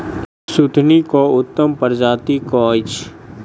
सुथनी केँ उत्तम प्रजाति केँ अछि?